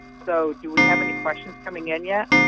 so, do we have any questions coming in yet?